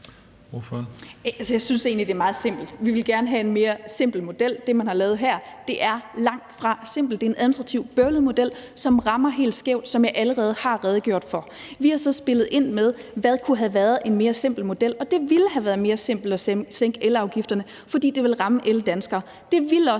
Jeg synes egentlig, det er meget simpelt. Vi vil gerne have en mere simpel model. Det, man har lavet her, er langtfra simpelt. Det er en administrativt bøvlet model, som rammer helt skævt, hvad jeg allerede har redegjort for. Vi har så spillet ind med, hvad der kunne have været en mere simpel model, og det ville have været mere simpelt at sænke elafgifterne, fordi det vil ramme alle danskere. Det ville også